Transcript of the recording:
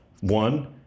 one